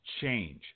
change